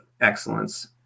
excellence